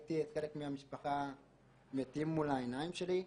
ראיתי את חלק מבני המשפחה מתים מול העיניים שלי,